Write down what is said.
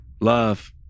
Love